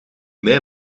mij